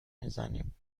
میزنیم